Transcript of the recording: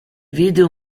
video